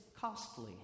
costly